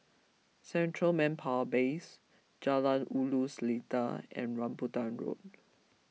Central Manpower Base Jalan Ulu Seletar and Rambutan Road